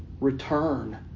return